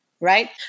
Right